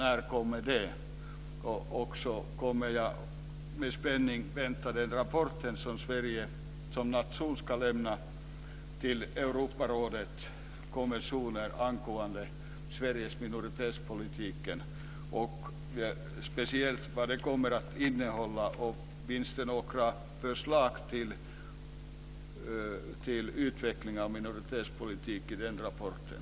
När kommer det? Jag väntar också med spänning på den rapport som Sverige ska lämna till Europarådet angående den svenska minoritetspolitiken i anslutning till Europarådets konvention om nationella minoriteter. Jag undrar vad den kommer att innehålla och om det finns några förslag till utveckling av minoritetspolitiken i den rapporten.